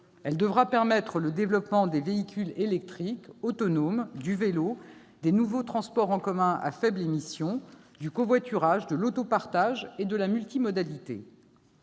Elle devra favoriser le développement des véhicules électriques autonomes, du vélo, des nouveaux transports en commun à faibles émissions, du covoiturage, de l'autopartage et de la multimodalité.